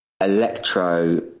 Electro